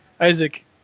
Isaac